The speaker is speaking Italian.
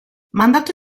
mandato